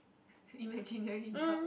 imaginary dog